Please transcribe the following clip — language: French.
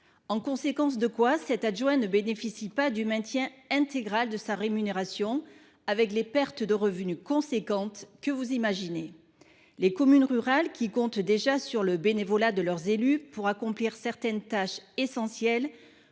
En conséquence, cet élu ne bénéficie pas du maintien intégral de sa rémunération et subit des pertes de revenus importantes. Les communes rurales, qui comptent déjà sur le bénévolat de leurs élus pour accomplir certaines tâches essentielles,